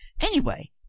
Anyway